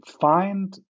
find